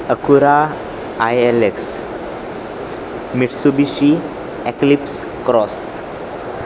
Acura I L X Mitsubishi eclipse cross